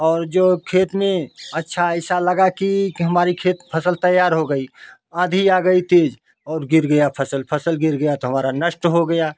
और जो खेत में अच्छा ऐसा लगा कि कि हमारे खेत फसल तैयार हो गई आंधी आ गई तेज और गिर गया फसल फसल गिर गया तो हमारा नष्ट हो गया